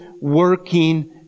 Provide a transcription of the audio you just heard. working